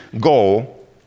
goal